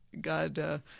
God—